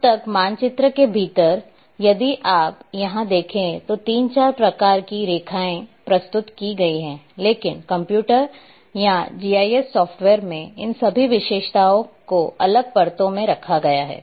अब एक मानचित्र के भीतर यदि आप यहां देखे तो 3 4 प्रकार की रेखाएं प्रस्तुत की गई हैं लेकिन कंप्यूटर या जीआईएस सॉफ्टवेयर में इन सभी विशेषताओं को अलग परतों में रखा गया है